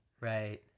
Right